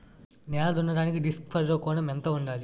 నేల దున్నడానికి disc furrow కోణం ఎంత ఉండాలి?